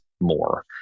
more